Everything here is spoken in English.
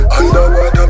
underwater